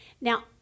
Now